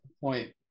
point